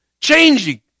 changing